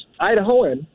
Idahoan